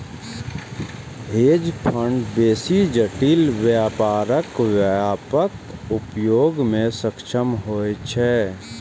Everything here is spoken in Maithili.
हेज फंड बेसी जटिल व्यापारक व्यापक उपयोग मे सक्षम होइ छै